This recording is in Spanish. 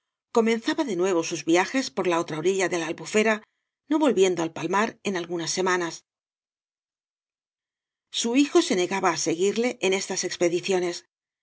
comenzaba de nuevo bus viajes por la otra oriiia de la albufera no volviendo al palnaar en algunas semanas su hijo se negaba á seguirle en estas expediciones